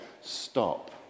Stop